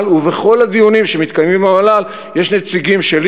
ובכל הדיונים שמתקיימים עם המל"ל יש נציגים שלי,